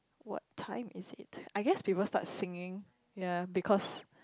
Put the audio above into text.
what time is it I guess people start singing ya because